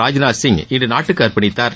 ராஜ்நாத் சிங் இன்று நாட்டுக்கு அர்ப்பணித்தார்